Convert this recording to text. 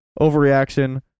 overreaction